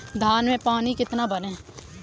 धान में पानी कितना भरें?